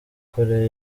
korea